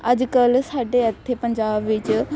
ਅੱਜ ਕੱਲ੍ਹ ਸਾਡੇ ਇੱਥੇ ਪੰਜਾਬ ਵਿੱਚ